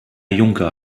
juncker